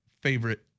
favorite